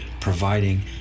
providing